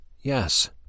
Yes